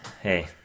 Hey